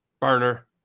burner